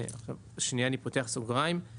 עכשיו שנייה, אני פותח סוגריים.